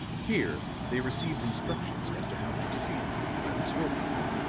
here they received instructions as to how to proceed, by the store-keeper